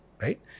Right